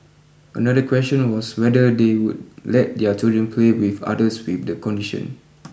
another question was whether they would let their children play with others with the condition